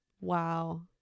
wow